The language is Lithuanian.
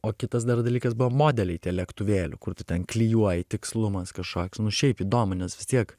o kitas dar dalykas buvo modeliai lėktuvėlių kur tu ten klijuoji tikslumas kažkoks nu šiaip įdomu nes vis tiek